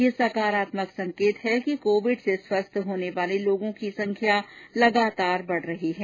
यह सकारात्मक संकेत है कि कोविड से स्वस्थ हो रहे लोगों कीसंख्या निरन्तर बढ रही है